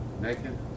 Naked